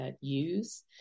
use